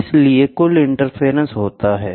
इसलिए कुल इंटरफेरेंस होता है